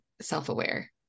self-aware